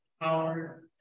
power